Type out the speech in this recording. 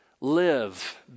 live